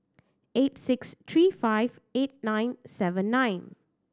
eight six three five eight nine seven nine